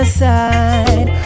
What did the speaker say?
side